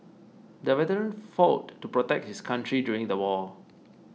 the veteran fought to protect his country during the war